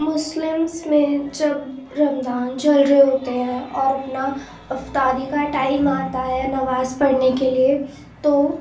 Muslims میں جب رمضان چل رہے ہوتے ہیں اور اپنا افطاری کا ٹائم آتا ہے نماز پڑھنے کے لیے تو